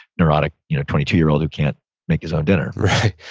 neurotic you know twenty two year old who can't make his own dinner right.